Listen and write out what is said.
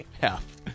Half